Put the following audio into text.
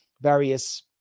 various